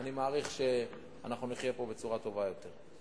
אני מעריך שאנחנו נחיה פה בצורה טובה יותר.